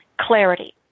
Clarity